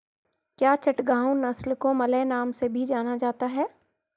क्या चटगांव नस्ल को मलय नाम से भी जाना जाता है?